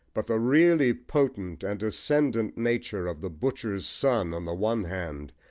but the really potent and ascendant nature of the butcher's son on the one hand,